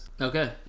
Okay